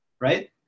Right